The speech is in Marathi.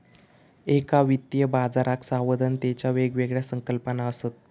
एका वित्तीय बाजाराक सावधानतेच्या वेगवेगळ्या संकल्पना असत